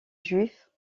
juif